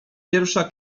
pierwsza